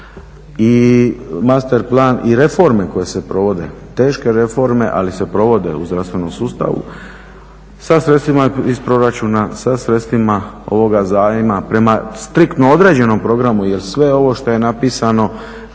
i masterplan i reforme koje se provode, teške reforme ali se provode u zdravstvenom sustavu, sa sredstvima iz proračuna, sa sredstvima ovoga zajma, prema striktno određenom programu jer sve ovo što je napisano